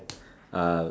uh